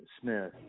Smith